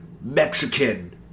Mexican